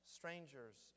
strangers